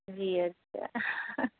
जी अच्छा